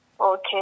Okay